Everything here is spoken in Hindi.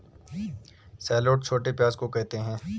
शैलोट छोटे प्याज़ को कहते है